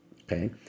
okay